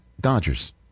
Dodgers